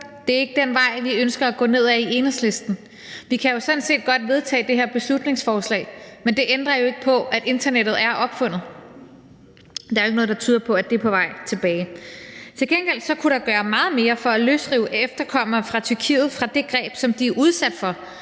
Det er ikke den vej, vi ønsker at gå ned ad i Enhedslisten. Vi kan sådan set godt vedtage det her beslutningsforslag, men det ændrer jo ikke på, at internettet er opfundet. Der er jo ikke noget, der tyder på, at det er på vej tilbage. Til gengæld kunne der gøres meget mere for at løsrive efterkommere fra Tyrkiet fra det greb, som de er udsat for,